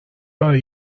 برای